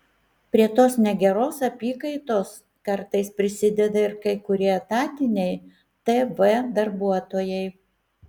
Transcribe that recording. prie tos negeros apykaitos kartais prisideda ir kai kurie etatiniai tv darbuotojai